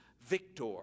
Victor